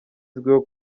izwiho